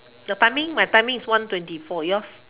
the timing my timing is one twenty four yours